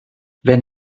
wenn